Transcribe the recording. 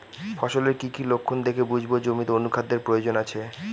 ফসলের কি কি লক্ষণ দেখে বুঝব জমিতে অনুখাদ্যের প্রয়োজন আছে?